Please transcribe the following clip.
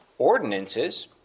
ordinances